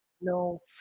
No